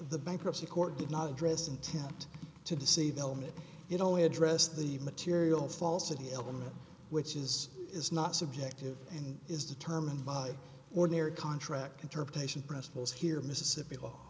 the bankruptcy court did not address and tapped to deceive element you know address the material falsity element which is is not subjective and is determined by ordinary contract interpretation preston's here mississippi law